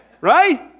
Right